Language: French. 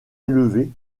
élevé